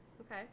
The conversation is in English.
Okay